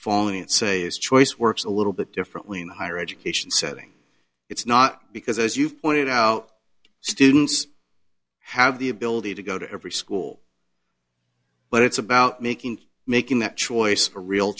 following it say his choice works a little bit differently in the higher education setting it's not because as you pointed out students have the ability to go to every school but it's about making making that choice a real